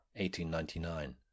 1899